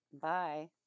Bye